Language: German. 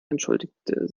entschuldigte